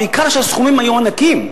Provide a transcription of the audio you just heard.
במיוחד שהסכומים היו ענקיים.